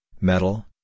metal